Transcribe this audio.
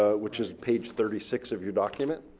ah which is page thirty six of your document.